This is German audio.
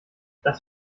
das